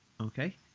Okay